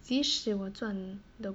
即使我赚的